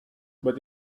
but